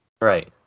Right